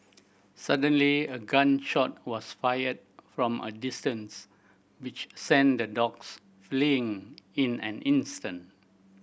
suddenly a gun shot was fired from a distance which sent the dogs fleeing in an instant